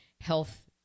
Health